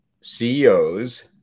CEOs